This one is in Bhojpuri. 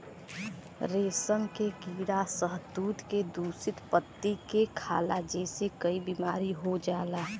रेशम के कीड़ा शहतूत के दूषित पत्ती के खाला जेसे कई बीमारी हो जाला